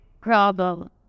problem